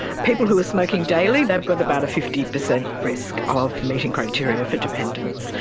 people who are smoking daily, they've got about a fifty percent risk of meeting criteria for dependence.